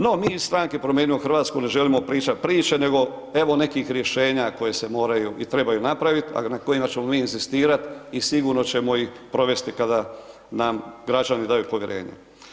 No mi iz stranke Promijenimo Hrvatsku ne želimo pričati priče, nego evo nekih rješenja koje se moraju i trebaju napraviti, a na kojima ćemo mi inzistirati i sigurno ćemo ih provesti kada nam građani daju povjerenje.